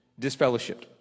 disfellowshipped